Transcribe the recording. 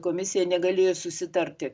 komisija negalėjo susitarti